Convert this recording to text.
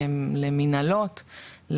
למנהלות,